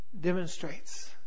demonstrates